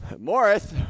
Morris